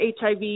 HIV